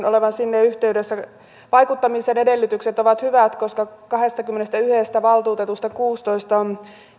olevan sinne yhteydessä vaikuttamisen edellytykset ovat hyvät koska kahdestakymmenestäyhdestä valtuutetusta kuusitoista on